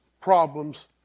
problems